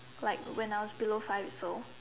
like when I was below five years old